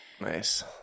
Nice